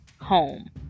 home